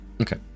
okay